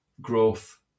growth